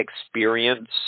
experience